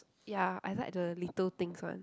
ya I like the little things one